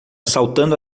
saltando